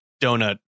donut